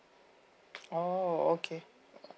oh okay